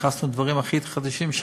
הכנסנו שם את הדברים הכי חדשים.